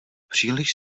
příliš